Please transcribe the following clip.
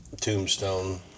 tombstone